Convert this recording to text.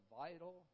vital